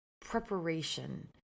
preparation